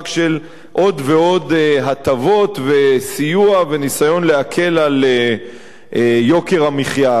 של עוד ועוד הטבות וסיוע וניסיון להקל על יוקר המחיה,